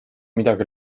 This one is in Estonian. midagi